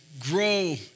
grow